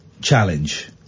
challenge